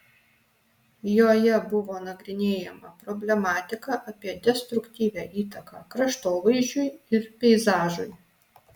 joje buvo nagrinėjama problematika apie destruktyvią įtaką kraštovaizdžiui ir peizažui